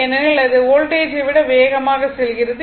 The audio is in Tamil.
ஏனெனில் அது வோல்டேஜை விட வேகமாக செல்கிறது